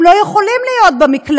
הם לא יכולים להיות במקלט.